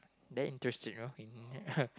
that interested you know